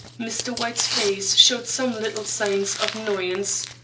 mr. white's face showed some little sign of annoyance.